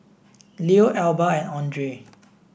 Leo Alba and Andre